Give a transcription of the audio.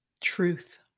Truth